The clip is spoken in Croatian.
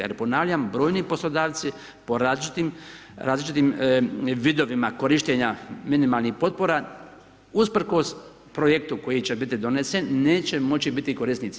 Jer ponavljam brojni poslodavci po različitim vidovima korištenja minimalnih potpora usprkos projektu koji će biti donesen neće moći biti korisnici.